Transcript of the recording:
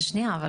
שנייה.